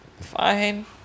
fine